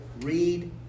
read